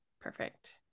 Perfect